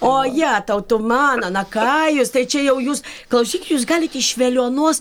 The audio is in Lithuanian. o jetau tu mano na ką jūs tai čia jau jūs klausykit jūs galit iš veliuonos